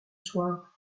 soir